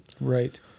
Right